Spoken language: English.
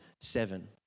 seven